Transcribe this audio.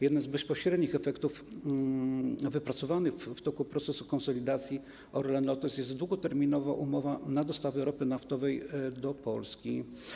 Jednym z bezpośrednich efektów wypracowanych w toku procesu konsolidacji Orlen - Lotos jest długoterminowa umowa na dostawę ropy naftowej do Polski.